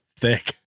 thick